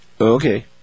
Okay